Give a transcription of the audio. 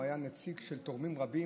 הוא היה נציג של תורמים רבים,